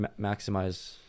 maximize